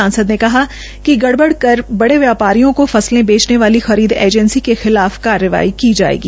सांसद ने कहा कि गड़बड़ कर बडे व्यापारियों को फसलें बेचने वाली खरीद एजंसी के खिलाफ कार्रवाई की जायेगी